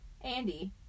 Andy